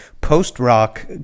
post-rock